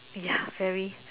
ya very